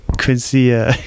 Quincy